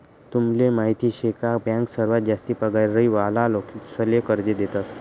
तुमले माहीत शे का बँक सर्वात जास्ती पगार वाला लोकेसले कर्ज देतस